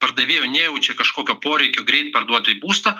pardavėjų nejaučia kažkokio poreikio greit parduoti būstą